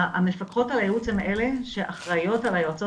המפקחות על הייעוץ הן אלה שאחראיות על היועצות